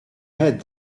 had